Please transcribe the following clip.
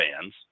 fans